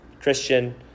Christian